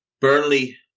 Burnley